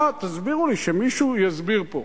שמישהו יסביר פה.